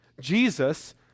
Jesus